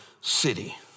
city